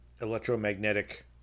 electromagnetic